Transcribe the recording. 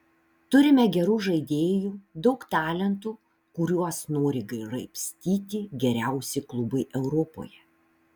turime gerų žaidėjų daug talentų kuriuos nori graibstyti geriausi klubai europoje